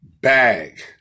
Bag